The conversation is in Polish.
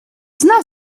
zna